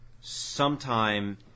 sometime